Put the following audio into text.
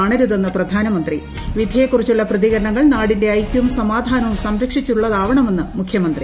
കാണരുതെന്ന് പ്രധാജ്മിന്തി വിധിയെക്കുറിച്ചുള്ള പ്രതികരണങ്ങൾ നാടിന്റെ ഐക്യവും സമാധാനവും സംരക്ഷിച്ചുള്ളത്ട്വണ്മെന്ന് മുഖ്യമന്ത്രി